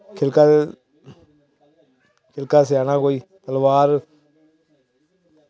खिलखा ते खिलखा सेआना कोई तलवार